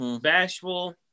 bashful